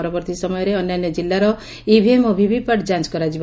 ପରବର୍ତ୍ତୀ ସମୟରେ ଅନ୍ୟାନ୍ୟ ଜିଲ୍ଲାର ଇଭିଏମ୍ ଓ ଭିଭିପାଟ୍ ଯାଞ କରାଯିବ